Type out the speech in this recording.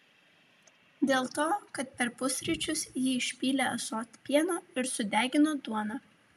dėl to kad per pusryčius ji išpylė ąsotį pieno ir sudegino duoną